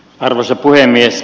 arvoisa puhemies